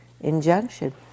injunction